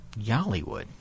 Yollywood